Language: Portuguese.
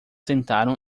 tentaram